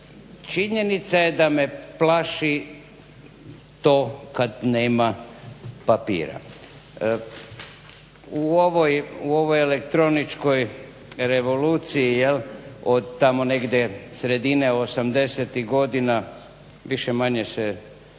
Činjenica je da me plaši to kad nema papira. U ovoj elektroničkoj revoluciji jel' od tamo negdje sredine '80-ih godina više-manje se